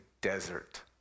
desert